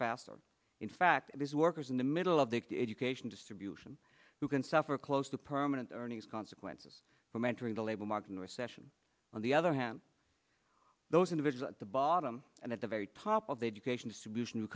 faster in fact it is workers in the middle of the education distribution who can suffer close to permanent earnings consequences from entering the labor market recession on the other hand those individual at the bottom and at the very top of the education dis